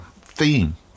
theme